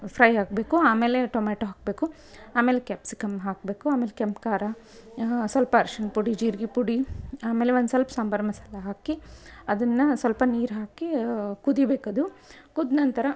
fry ಆಗಬೇಕು ಆಮೇಲೆ tomato ಹಾಕಬೇಕು ಆಮೇಲೆ ಕ್ಯಾಪ್ಸಿಕಮ್ ಹಾಕಬೇಕು ಆಮೇಲೆ ಕೆಂಪು ಖಾರ ಸ್ವಲ್ಪ ಅರ್ಶಿಣ ಪುಡಿ ಜೀರಿಗೆ ಪುಡಿ ಆಮೇಲೆ ಒಂದು ಸ್ವಲ್ಪ್ ಸಾಂಬಾರು ಮಸಾಲೆ ಹಾಕಿ ಅದನ್ನು ಸ್ವಲ್ಪ ನೀರು ಹಾಕೀ ಕುದಿಬೇಕು ಅದು ಕುದ್ದ ನಂತರ